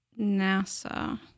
NASA